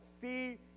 see